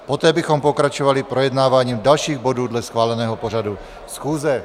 Poté bychom pokračovali projednáváním dalších bodů dle schváleného pořadu schůze.